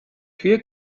توی